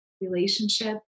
relationship